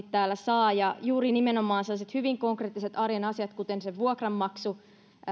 täällä varmasti saa kyseessä ovat nimenomaan sellaiset hyvin konkreettiset arjen asiat kuten vuokranmaksu ja